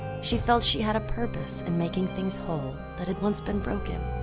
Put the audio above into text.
she felt she had a purpose in making things whole that had once been broken.